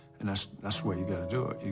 and that's, that's why you gotta do